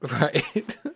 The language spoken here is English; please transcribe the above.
Right